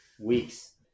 weeks